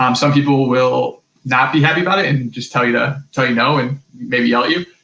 um some people will not be happy about it and and just tell you to, tell you no and maybe yell at you,